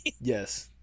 yes